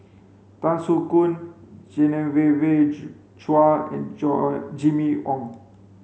Tan Soo Khoon Chua and John Jimmy Ong